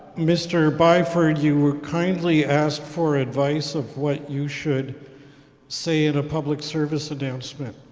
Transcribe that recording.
mr. byford, you were kindly asked for advice of what you should say in a public service announcement.